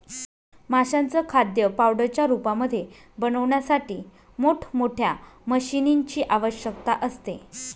माशांचं खाद्य पावडरच्या रूपामध्ये बनवण्यासाठी मोठ मोठ्या मशीनीं ची आवश्यकता असते